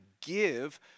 give